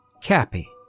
Cappy